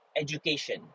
education